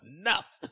enough